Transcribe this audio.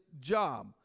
job